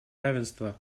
равенство